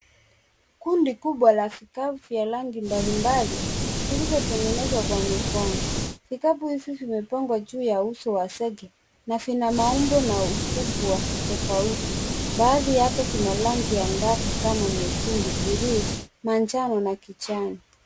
Kundi kubwa la vikapu vya rangi mbalimbali, vilivyotengenezwa kwa mikono. Vikapu hivi vimepangwa juu ya uso wa zege, na vina maumbo na ukubwa tofauti. Baadhi yake vina rangi angavu kama nyekundu, bluu, manjano na kijani.